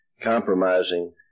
Compromising